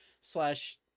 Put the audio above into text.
slash